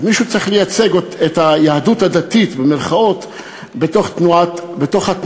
אז מישהו צריך לייצג את "היהדות הדתית" בתוך התנועה.